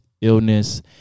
illness